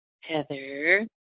Heather